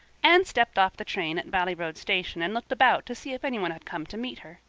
anne stepped off the train at valley road station and looked about to see if any one had come to meet her.